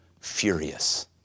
furious